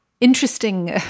Interesting